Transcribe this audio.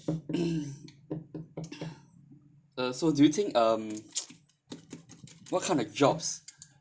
uh so do you think um what kind of jobs